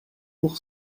pour